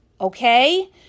Okay